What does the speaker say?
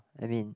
I mean